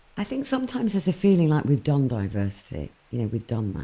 i think sometimes has a feeling like we've done diversity. you know we've done that,